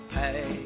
pay